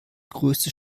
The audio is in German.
größte